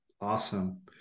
awesome